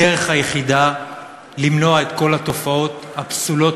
הדרך היחידה למנוע את כל התופעות הפסולות